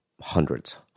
Hundreds